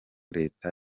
leta